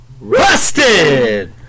Rusted